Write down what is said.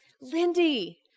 Lindy